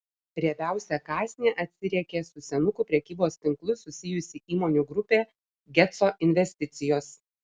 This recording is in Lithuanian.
riebiausią kąsnį atsiriekė su senukų prekybos tinklu susijusi įmonių grupė geco investicijos